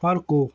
अर्को